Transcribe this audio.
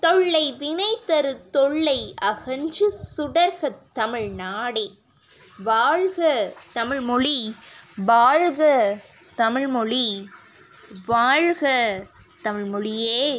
தொல்லை வினைதரு தொல்லை அகன்று சுடர்கள் தமிழ்நாடே வாழ்க தமிழ்மொழி வாழ்க தமிழ்மொழி வாழ்க தமிழ்மொழியே